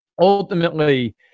ultimately